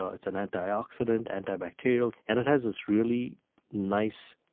ah it's an antioxidant, antibacterial and it has this really nice,